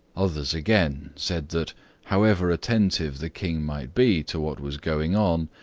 others, again, said that however attentive the king might be to what was going on,